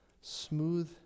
smooth